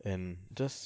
and just